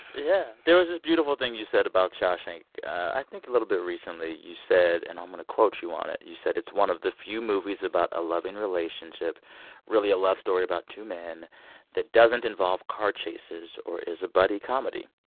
yeah. there was this beautiful thing you said about shawshank. i think a little bit recently, you said and i'm going to quote you on it. you said, it's one of the few movies about a loving relationship really, a love story about two men that doesn't involve car chases or is a buddy comedy.